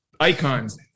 Icons